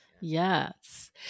Yes